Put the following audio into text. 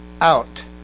out